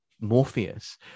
Morpheus